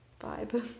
vibe